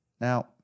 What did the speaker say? Now